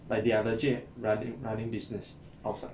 like they are legit running running business outside